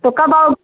तो कब आओग